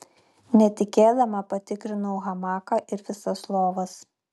netikėdama patikrinau hamaką ir visas lovas